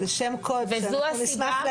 וזו הסיבה,